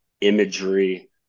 imagery